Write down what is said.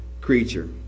creature